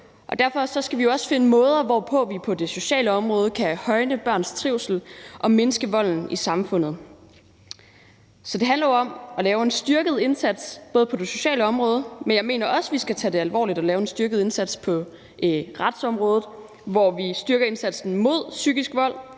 Derfor skal vi jo også finde måder, hvorpå vi på det sociale område kan højne børns trivsel og mindske volden i samfundet. Så det handler jo om at lave en styrket indsats på det sociale område, men jeg mener også, at vi skal tage det alvorligt og lave en styrket indsats på retsområdet, så vi styrker indsatsen mod psykisk vold,